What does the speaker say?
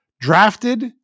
drafted